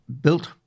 built